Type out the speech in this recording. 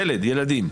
ילד, ילדים.